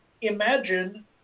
Imagine